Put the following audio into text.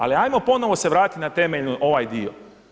Ali hajmo ponovo se vratiti na temeljni ovaj dio.